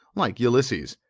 like ulysses.